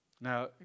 Now